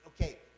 Okay